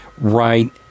right